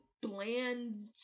bland